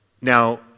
Now